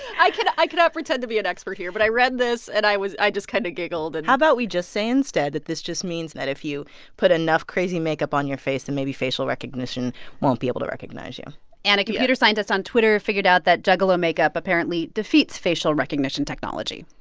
i cannot i cannot pretend to be an expert here, but i read this and i was i just kind of giggled and. how about we just say instead that this just means that if you put enough crazy makeup on your face then maybe facial recognition won't be able to recognize you and a computer scientist on twitter figured out that juggalo makeup apparently defeats facial recognition technology.